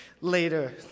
later